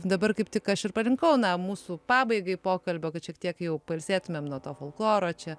dabar kaip tik aš ir parinkau na mūsų pabaigai pokalbio kad šiek tiek jau pailsėtumėm nuo to folkloro čia